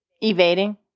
evading